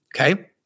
Okay